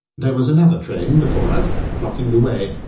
there was another train before us blocking the way,